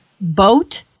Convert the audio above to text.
boat